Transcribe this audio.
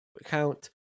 account